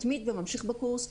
מתמיד וממשיך בקורס,